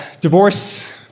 divorce